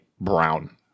brown